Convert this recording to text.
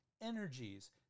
energies